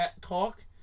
talk